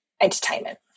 entertainment